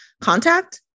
contact